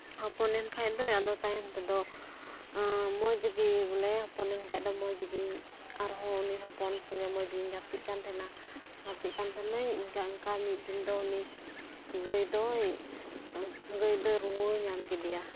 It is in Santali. ᱦᱚᱯᱚᱱᱮᱱ ᱠᱷᱟᱱ ᱫᱚᱭ ᱟᱫᱚ ᱛᱟᱭᱚᱢ ᱛᱮᱫᱚ ᱢᱚᱡᱽ ᱜᱮ ᱵᱚᱞᱮ ᱦᱚᱯᱚᱱᱮᱱ ᱠᱷᱟᱱ ᱫᱚᱭ ᱢᱚᱡᱽ ᱜᱮ ᱟᱨᱦᱚᱸ ᱩᱱᱤ ᱦᱚᱯᱚᱱ ᱥᱚᱸᱜᱮ ᱢᱚᱡᱽ ᱜᱮᱧ ᱜᱟᱛᱮᱜ ᱠᱟᱱ ᱛᱟᱦᱮᱱᱟ ᱜᱟᱛᱮᱜ ᱠᱟᱱ ᱛᱟᱦᱮᱱᱟᱹᱧ ᱤᱱᱠᱟᱹ ᱤᱱᱠᱟᱹ ᱢᱤᱫ ᱫᱤᱱ ᱫᱚ ᱩᱱᱤ ᱜᱟᱹᱭ ᱫᱚ ᱜᱟᱹᱭ ᱫᱚ ᱨᱩᱣᱟᱹ ᱧᱟᱢ ᱠᱮᱫᱮᱭᱟ